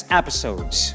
episodes